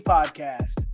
Podcast